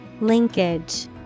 Linkage